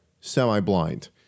semi-blind